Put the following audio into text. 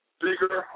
bigger